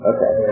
Okay